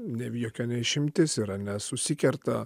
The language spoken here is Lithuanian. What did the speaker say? ne jokia ne išimtis yra nesusikerta